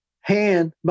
hand